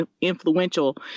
influential